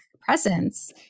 presence